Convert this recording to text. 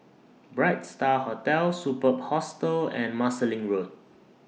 Bright STAR Hotel Superb Hostel and Marsiling Road